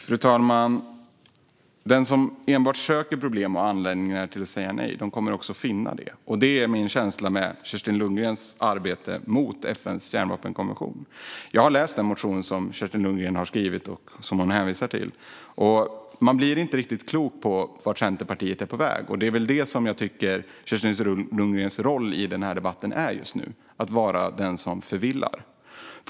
Fru talman! Den som enbart söker problem och anledningar att säga nej kommer också att finna sådana. Detta är min känsla när det gäller Kerstin Lundgrens arbete mot FN:s kärnvapenkonvention. Jag har läst den motion som Kerstin Lundgren har skrivit och som hon hänvisar till. Man blir inte riktigt klok på vart Centerpartiet är på väg, och det är det jag just nu tycker är Kerstin Lundgrens roll i denna debatt: att vara den som förvillar.